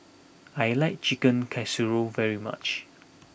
I like Chicken Casserole very much